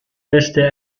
beste